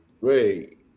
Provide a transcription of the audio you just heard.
Great